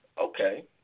okay